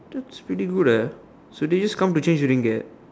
that's pretty good eh so they just come to change Ringgit